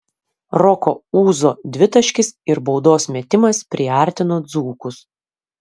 roko ūzo dvitaškis ir baudos metimas priartino dzūkus